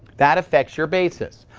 that affects your basis.